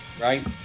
Right